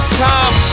time